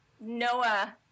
noah